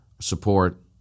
support